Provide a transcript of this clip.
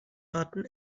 arten